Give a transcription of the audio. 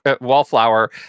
wallflower